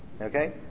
okay